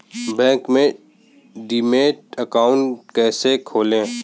Bank में demat account कैसे खोलें?